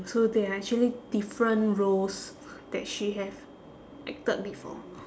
so there are actually different roles that she have acted before